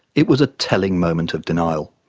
it was a telling moment of denial,